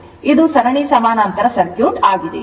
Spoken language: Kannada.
ಇದು ಸರಣಿ ಸಮಾನಾಂತರ ಸರ್ಕ್ಯೂಟ್ ಆಗಿದೆ